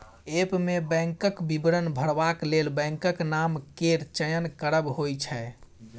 app मे बैंकक विवरण भरबाक लेल बैंकक नाम केर चयन करब होइ छै